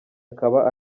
akaba